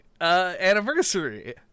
anniversary